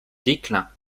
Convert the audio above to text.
déclin